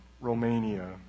Romania